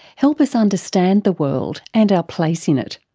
help us understand the world and our place in it.